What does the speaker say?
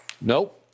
Nope